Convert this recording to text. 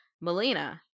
Melina